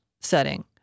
setting